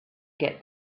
get